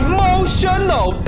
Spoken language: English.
Emotional